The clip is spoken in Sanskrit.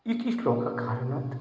इति श्लोककारणात्